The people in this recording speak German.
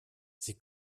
sie